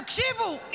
תקשיבו,